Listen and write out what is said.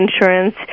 insurance